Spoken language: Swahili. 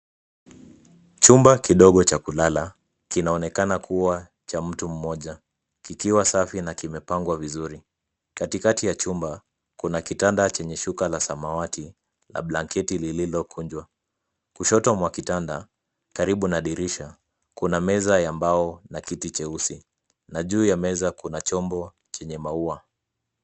Chumba kidogo cha kulala kinaonekana kuwa cha mtu mmoja kikiwa safi na kimepangwa vizuri. Katikati ya chumba kuna kitanda chenye shuka la samawati na blanketi lililokunjwa. Kushoto mwa kitanda karibu na dirisha, kuna meza ya mbao na kiti cheusi na juu ya meza kuna chombo chenye maua.